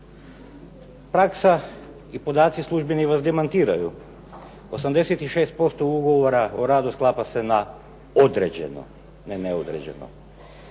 praksa i podaci službeni vas demantiraju. 86% ugovora o radu sklapa se na određeno a ne na neodređeno.